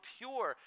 pure